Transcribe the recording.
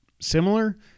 similar